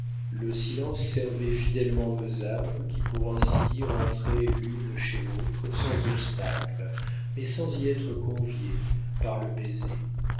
le silence servait fidèlement nos âmes qui pour ainsi dire entraient l'une chez l'autre sans obstacle mais sans y être conviés par le baiser